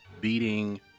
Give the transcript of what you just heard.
Beating